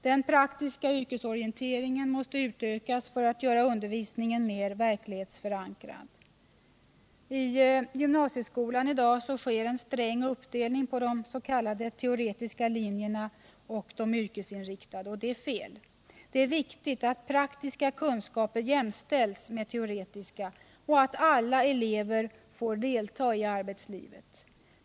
Den praktiska yrkesorienteringen måste utökas för att göra undervisningen mer verklighetsförankrad. I gymnasieskolan sker i dag en sträng uppdelning på de s.k. teoretiska linjerna och de yrkesinriktade. Det är fel. Det är viktigt att praktiska kunskaper jämställs med teoretiska och att alla elever får delta i arbetslivet.